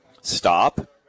stop